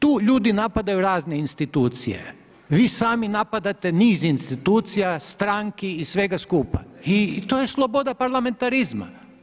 Tu ljudi napadaju razne institucije, vi sami napadate niz institucija, stranki i svega skupa i to je sloboda parlamentarizma.